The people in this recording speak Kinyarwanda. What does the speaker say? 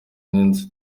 n’inzu